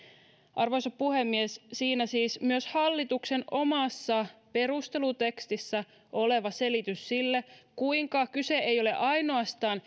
arvoisa puhemies siinä siis myös hallituksen omassa perustelutekstissä oleva selitys sille kuinka kyse ei ole ainoastaan